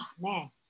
man